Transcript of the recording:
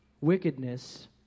wickedness